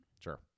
sure